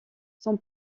son